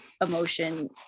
emotion